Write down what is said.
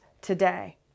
today